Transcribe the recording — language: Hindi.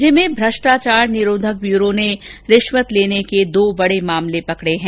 राज्य में आज भ्रष्टाचार निरोधक ब्यूरो ने रिश्वत लेने के दो बडे मामले पकड़े हैं